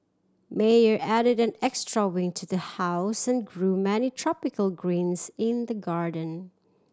Meyer added an extra wing to the house and grew many tropical grains in the garden